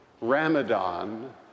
Ramadan